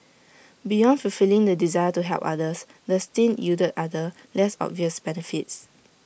beyond fulfilling the desire to help others this stint yielded other less obvious benefits